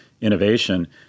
innovation